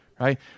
right